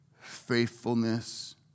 faithfulness